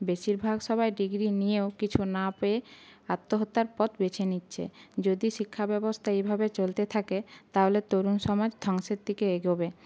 বেশিরভাগ সবাই ডিগ্রী নিয়েও কিছু না পেয়ে আত্মহত্যার পথ বেছে নিচ্ছে যদি শিক্ষাব্যবস্থা এভাবে চলতে থাকে তাহলে তরুণ সমাজ ধ্বংসের দিকে এগোবে